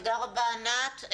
תודה רבה, ענת.